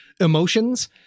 emotions